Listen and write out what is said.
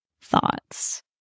thoughts